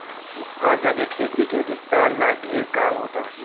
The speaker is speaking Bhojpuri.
हर जगे खेती के विस्तार ला ढेर काम होता